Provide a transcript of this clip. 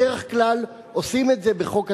בדרך כלל עושים את זה בחוק התקציב.